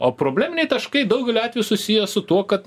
o probleminiai taškai daugeliu atvejų susiję su tuo kad